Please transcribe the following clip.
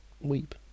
weep